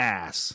ass